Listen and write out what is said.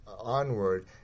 onward